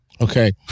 Okay